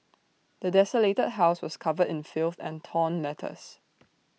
the desolated house was covered in filth and torn letters